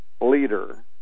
leader